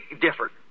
different